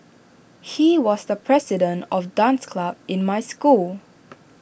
he was the president of dance club in my school